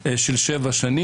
של שבע שנים".